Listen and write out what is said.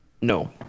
No